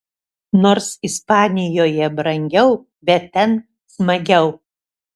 nors ispanijoje brangiau bet ten smagiau